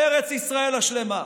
ארץ ישראל השלמה,